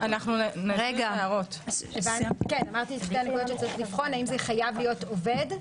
נקודות שרציתי לבחון האם זה חייב להיות עובד,